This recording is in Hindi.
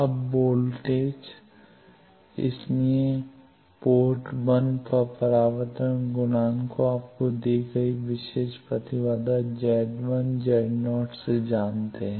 अब वोल्टेज इसलिए पोर्ट 1 पर परावर्तन गुणांक को आप दी गई विशेषता प्रतिबाधा Z 1 Z 0 से जानते हैं